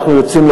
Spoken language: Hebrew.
אנחנו יוצאים,